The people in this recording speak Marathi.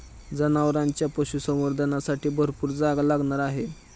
जनावरांच्या पशुसंवर्धनासाठी भरपूर जागा लागणार आहे